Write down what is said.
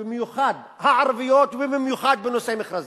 במיוחד הערביות ובמיוחד בנושאי מכרזים.